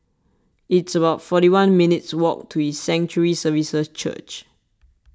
it's about forty one minutes' walk to His Sanctuary Services Church